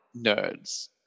nerds